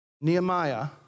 Nehemiah